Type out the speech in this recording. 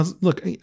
Look